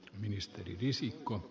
arvoisa puhemies